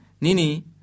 nini